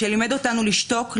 שלימד אותנו לשתוק,